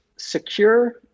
Secure